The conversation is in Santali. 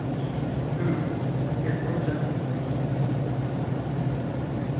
ᱪᱮᱫ ᱠᱚᱢ ᱪᱟᱥ ᱠᱟᱫᱟ